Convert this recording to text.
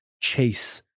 chase